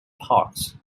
parks